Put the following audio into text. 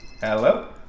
Hello